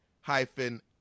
hyphen